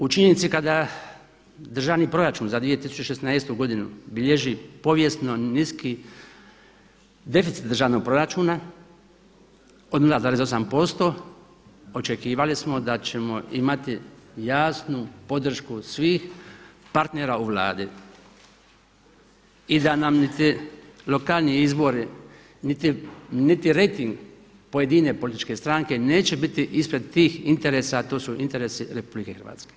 U činjenici kada državni proračun za 2016. godinu bilježi povijesno niski deficit državnog proračuna od 0,8% očekivali smo da ćemo imati jasnu podršku svih partnera u Vladi i da nam niti lokalni izbori, niti rejting pojedine političke stranke neće biti ispred tih interesa, a to su interesi RH.